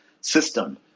system